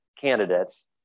candidates